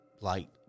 light